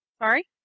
Sorry